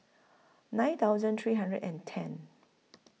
nine thousand three hundred and ten